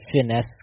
finesse